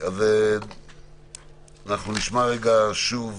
אנחנו נשמע שוב